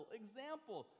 example